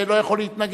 לא יכול להתנגד,